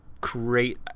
create